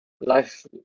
Life